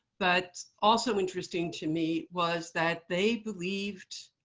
but also interesting to me was that they believed